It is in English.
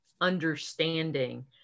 understanding